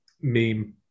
meme